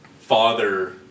father